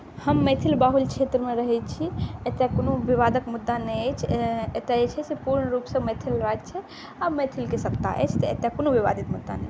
हम मैथिल बहुल क्षेत्रमे रहैत छी एतय कोनो विवादक मुद्दा नहि अछि एतय जे छै से पूर्ण रूपसँ मैथिल राज छै आ मैथिलके सत्ता अछि तैँ एतय कोनो विवादित मुद्दा नहि